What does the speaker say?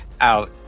out